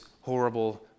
horrible